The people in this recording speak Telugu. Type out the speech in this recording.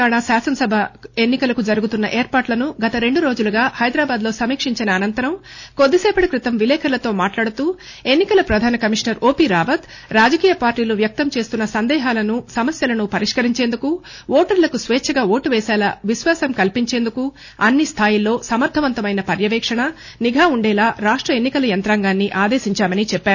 తెలంగాణ శాసనసభ ఎన్ని కలకు జరుగుతున్న ఏర్పాట్లను గత రెండు రోజులుగా హైదరాబాద్లో సమీక్షించిన అనంతరం కొద్దిసేపటి క్రితం విలేకర్లతో మాట్లాడుతూ ఎన్ని కల ప్రధాన కమీషనర్ ఓపి రావత్ రాజకీయ పార్టీలు వ్యక్తం చేస్తున్న సందేహాలను సమస్యలను పరిష్కరించేందుకు ఓటర్లకు స్పేచ్చగా ఓటు వేసేలా విశ్వాసం కల్పించేందుకు అన్ని స్థాయిల్లో సమర్ధవంతమైన పర్యవేక్షణ నిఘా ఉండేలా రాష్ట ఎన్ని కల యంత్రాంగాన్ని ఆదేశించామని చెప్పారు